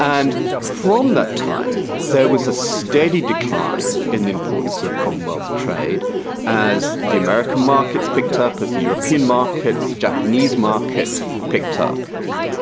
and from that time there was a steady decline in the importance of commonwealth trade as the american markets picked up, as the european markets, the japanese market picked up